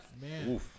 man